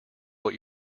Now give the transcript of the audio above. what